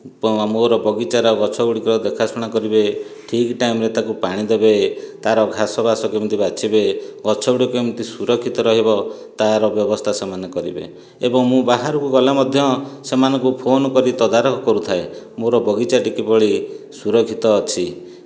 ମୋର ବଗିଚାର ଗଛ ଗୁଡ଼ିକ ଦେଖାଶୁଣା କରିବେ ଠିକ ଟାଇମ୍ରେ ତାକୁ ପାଣି ଦେବେ ତାର ଘାସ ବାସ କେମିତି ବାଛିବେ ଗଛ ଗୁଡ଼ିକ କେମିତି ସୁରକ୍ଷିତ ରହିବ ତାର ବ୍ୟବସ୍ଥା ସେମାନେ କରିବେ ଏବଂ ମୁଁ ବାହାରକୁ ଗଲେ ମଧ୍ୟ ସେମାନଙ୍କୁ ଫୋନ କରି ତଦାରଖ କରୁଥାଏ ମୋର ବଗିଚାଟି କିଭଳି ସୁରକ୍ଷିତ ଅଛି